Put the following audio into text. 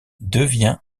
devient